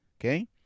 Okay